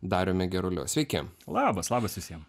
dariumi geruliu sveiki labas labas visiem